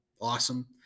Awesome